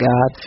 God